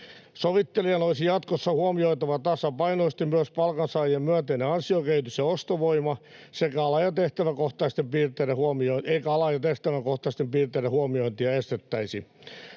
Sovittelijan olisi jatkossa huomioitava tasapainoisesti myös palkansaajien myönteinen ansiokehitys ja ostovoima, eikä ala- ja tehtäväkohtaisten piirteiden huomiointia estettäisi.